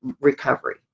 recovery